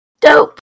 Dope